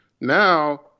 Now